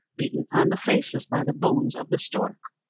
beaten on the faces by the bones of the stork.